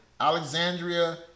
Alexandria